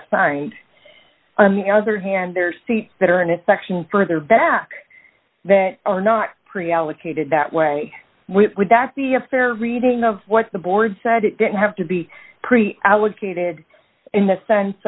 assigned on the other hand there are seats that are in a section further back that are not pre allocated that way would that be a fair reading of what the board said it didn't have to be pre allocated in the sense